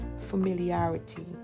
familiarity